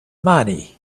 money